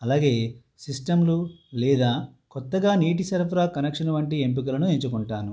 అలాగే సిస్టంలు లేదా కొత్తగా నీటి సరఫరా కనెక్షను వంటి ఎంపికలను ఎంచుకుంటాను